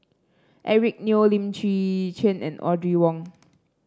Eric Neo Lim Chwee Chian and Audrey Wong